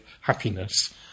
happiness